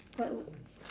what would